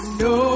no